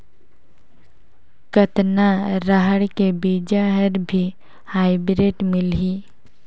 कतना रहर के बीजा हर भी हाईब्रिड मिलही?